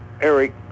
Eric